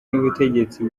n’ubutegetsi